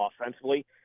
offensively